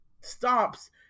stops